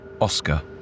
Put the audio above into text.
Oscar